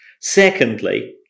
Secondly